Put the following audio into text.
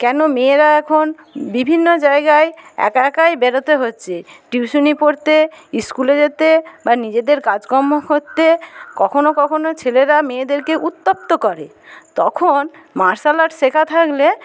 কেন মেয়েরা এখন বিভিন্ন জায়গায় একা একাই বেরোতে হচ্ছে টিউশনি পড়তে ইস্কুলে যেতে বা নিজেদের কাজকর্ম করতে কখনো কখনো ছেলেরা মেয়েদেরকে উত্যক্ত করে তখন মার্শাল আর্ট শেখা থাকলে